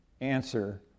answer